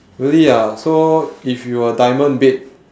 really ah so if you were a diamond bed